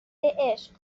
عشق